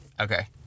Okay